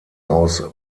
aus